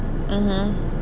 mmhmm